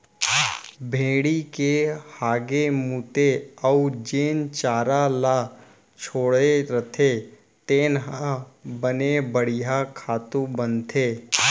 भेड़ी के हागे मूते अउ जेन चारा ल छोड़े रथें तेन ह बने बड़िहा खातू बनथे